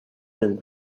been